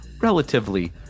relatively